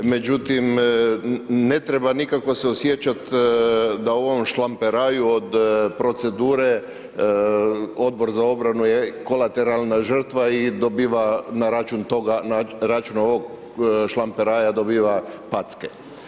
Međutim, ne treba nikako se osjećati da u ovom šlamperaju od procedure Odbor za obranu je kolateralna žrtva i dobiva na račun ovog šlamperaja dobiva packe.